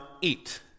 eat